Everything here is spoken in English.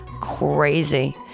crazy